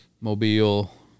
mobile